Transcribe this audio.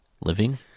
Living